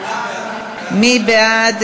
מי בעד?